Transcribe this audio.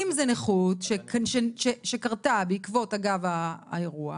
אם זה נכות שקרתה בעקבות אגב האירוע